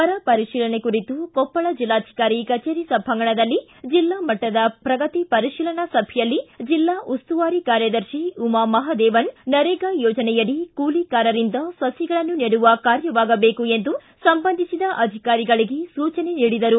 ಬರ ಪರಿಶೀಲನೆ ಕುರಿತು ಕೊಪ್ಪಳ ಜಿಲ್ಲಾಧಿಕಾರಿ ಕಚೇರಿ ಸಭಾಂಗಣದಲ್ಲಿ ಜಿಲ್ಲಾ ಮಟ್ಟದ ಪ್ರಗತಿ ಪರಿಶೀಲನಾ ಸಭೆಯಲ್ಲಿ ಜಿಲ್ಲಾ ಉಸ್ತುವಾರಿ ಕಾರ್ಯದರ್ಶಿ ಉಮಾ ಮಹಾದೇವನ್ ನರೇಗಾ ಯೋಜನೆಯಡಿ ಕೂಲಿಕಾರರಿಂದ ಸುಗಳನ್ನು ನೆಡುವ ಕಾರ್ಯವಾಗಬೇಕು ಎಂದು ಸಂಬಂಧಿಸಿದ ಅಧಿಕಾರಿಗಳಿಗೆ ಸೂಚನೆ ನೀಡಿದರು